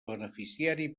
beneficiari